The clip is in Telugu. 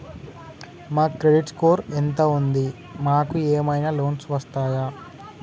మా క్రెడిట్ స్కోర్ ఎంత ఉంది? మాకు ఏమైనా లోన్స్ వస్తయా?